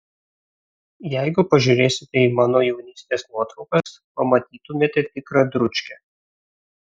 jeigu pažiūrėsite į mano jaunystės nuotraukas pamatytumėte tikrą dručkę